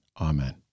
Amen